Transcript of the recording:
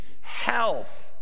health